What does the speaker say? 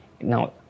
Now